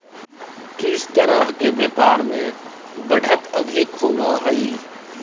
किस तरह के व्यापार में बढ़त अधिक होवअ हई